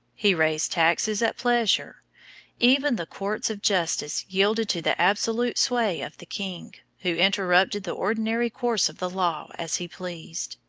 he raised taxes at pleasure even the courts of justice yielded to the absolute sway of the king, who interrupted the ordinary course of the law as he pleased.